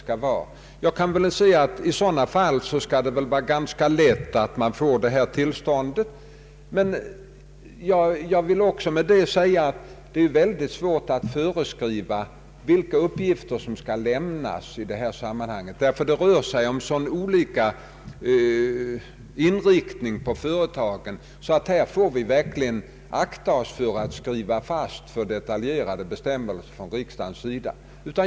Men jag vill också framhålla att det är mycket svårt att föreskriva vilka uppgifter som skall lämnas i detta sammanhang, eftersom företagen har så olika inriktning. Riksdagen bör därför verkligen akta sig för att fastställa alltför detaljerade bestämmelser.